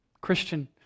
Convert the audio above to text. Christian